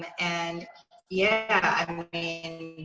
and yeah. i mean,